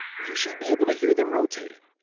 you should be able to hear them rotating.